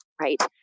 Right